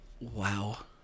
wow